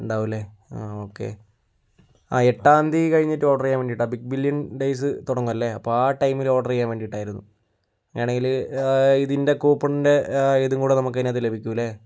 ഉണ്ടാവുമല്ലേ ആ ഓക്കേ ആ എട്ടാം തീ കഴിഞ്ഞിട്ട് ഓർഡർ ചെയ്യാൻ വേണ്ടിയിട്ടാണ് ബിഗ് ബില്യൺ ഡേയ്സ് തുടങ്ങുവല്ലേ അപ്പോൾ ആ ടൈമിൽ ഓർഡർ ചെയ്യാൻ വേണ്ടിയിട്ടായിരുന്നു വേണമെങ്കിൽ ഇതിൻ്റെ കൂപ്പണിന്റെ ഇതും കൂടെ നമുക്കിതിനകത്ത് ലഭികുമല്ലേ